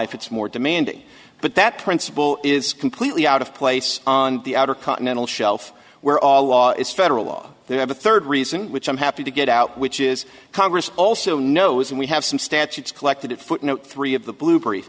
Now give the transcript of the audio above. if it's more demanding but that principle is completely out of place on the outer continental shelf where all law is federal law they have a third reason which i'm happy to get out which is congress also knows and we have some statutes collected at footnote three of the blue